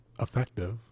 effective